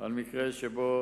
על מקרה שבו